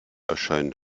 erscheinen